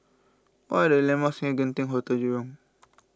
what are the landmarks near Genting Hotel Jurong